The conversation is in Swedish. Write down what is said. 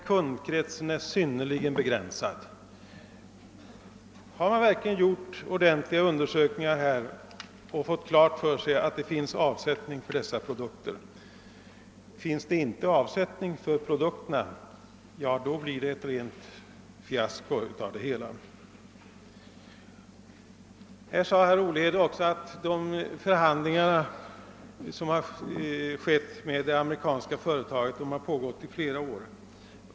Kundkretsen är synnerligen begränsad. Har man verkligen gjort ordentliga undersökningar och fått klart för sig att det finns avsättning för de produkter det nya företaget skall tillverka? Finns det inte avsättning för produkterna, blir det hela ett fiasko. Herr Olhede sade också att förhandlingarna med det amerikanska företaget pågått i flera år.